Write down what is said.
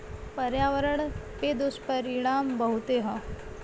पर्यावरण पे दुष्परिणाम बहुते हौ